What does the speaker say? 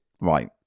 Right